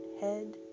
head